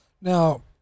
Now